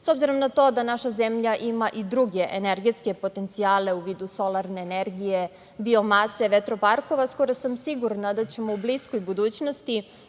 S obzirom na to da naša zemlja ima i druge energetske potencijale u vidu solarne energije, biomase, vetroparkova, skoro sam sigurna da ćemo u bliskoj budućnosti